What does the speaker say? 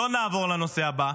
לא נעבור לנושא הבא,